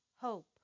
hope